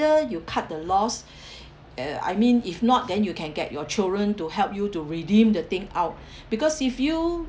you cut the loss uh I mean if not then you can get your children to help you to redeem the thing out because if you